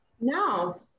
no